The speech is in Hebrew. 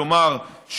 כלומר,